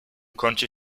kącie